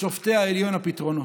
לשופטי העליון הפתרונות.